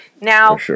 Now